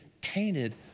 tainted